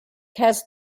has